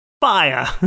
fire